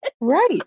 Right